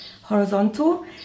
horizontal